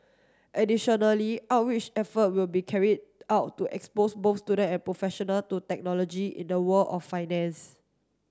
additionally outreach effort will be carried out to expose both student and professional to technology in the world of finance